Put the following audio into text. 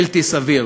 בלתי סביר.